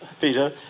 Peter